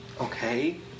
Okay